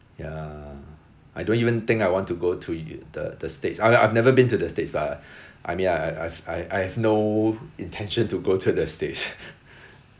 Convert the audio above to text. ya I don't even think I want to go to un~ the the states I've I've never been to the states but I mean I I I've I've I have no intention to go to the states